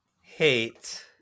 hate